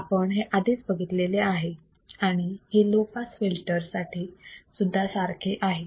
आपण हे आधीच बघितलेले आहे आणि हे लो पास फिल्टर साठी सुद्धा सारखे आहे